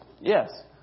Yes